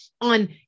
on